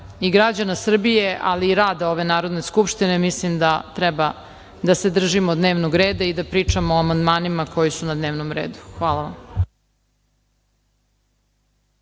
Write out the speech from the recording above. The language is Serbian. i građana Srbije, ali i rada ove Narodne skupštine, mislim da treba da se držimo dnevnog reda i da pričamo o amandmanima koji su na dnevnom redu. Hvala